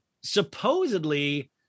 supposedly